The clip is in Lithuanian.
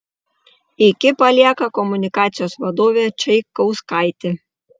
iki palieka komunikacijos vadovė čaikauskaitė